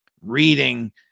reading